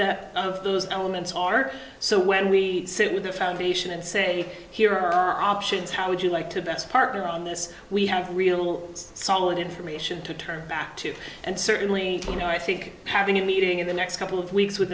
their of those elements are so when we sit with the foundation and say here are our options how would you like to best partner on this we have real solid information to turn back to and certainly you know i think having a meeting in the next couple of weeks with